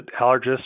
allergists